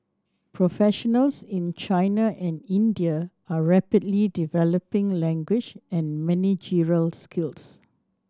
professionals in China and India are rapidly developing language and managerial skills